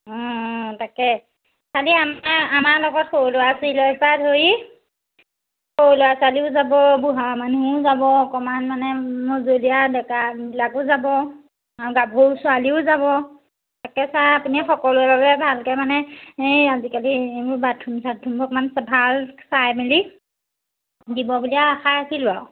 তাকে চাগৈ আমাৰ লগত সৰু ল'ৰা ছোৱালীৰপৰা ধৰি সৰু ল'ৰা ছোৱালীও যাব বুঢ়া মানুহো যাব অকণমান মানে মজলীয়া ডেকাবিলাকো যাব আৰু গাভৰু ছোৱালীও যাব তাকে চায় আপুনি মানে সকলোৰে বাবে ভালকৈ মানে এই আজিকালি বাথৰুম চাথৰুমবোৰ অকণমান ভাল চায় মেলি দিব বুলি আৰু আশা ৰাখিলোঁ আৰু